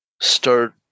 start